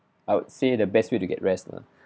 I would say the best way to get rest lah